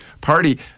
party